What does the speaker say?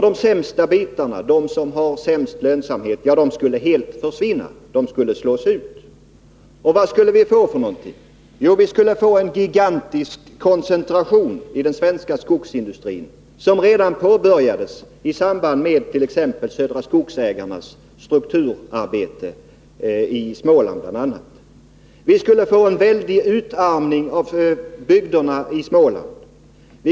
De sämsta bitarna, de som har den sämsta lönsamheten, skulle helt försvinna. De skulle slås ut. Och vad skulle vi då få för någonting? Jo, en gigantisk koncentration i den svenska skogsindustrin som påbörjades redan i samband med t.ex. Södra Skogsägarnas strukturarbete, bl.a. i Småland. Vi skulle få en väldig utarmning av bygderna i Småland.